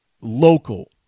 local